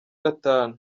gatanu